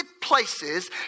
places